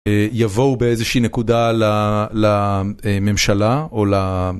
יבואו באיזושהי נקודה לממשלה או ל...